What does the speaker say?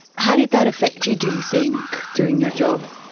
how did that affect you, do you think, doing your job?